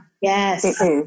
Yes